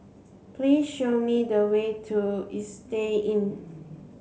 please show me the way to Istay Inn